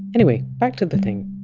anyway, back to the thing.